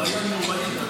בעיה נוראית,